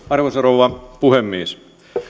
arvoisa rouva puhemies